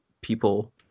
people